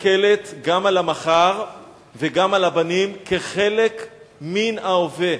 מסתכלת גם על המחר וגם על הבנים כחלק מן ההווה.